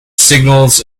signals